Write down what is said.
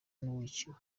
n’uwiciwe